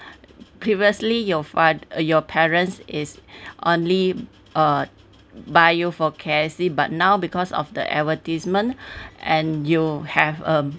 previously your fat~ your parents is only uh buy you for K_F_C but now because of the advertisement and you have a